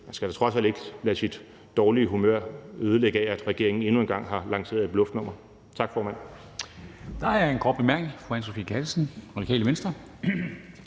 Man skal da trods alt ikke lade sit dårlige humør ødelægge af, at regeringen endnu en gang har lanceret et bluffnummer. Tak, formand. Kl. 13:39 Formanden (Henrik Dam Kristensen):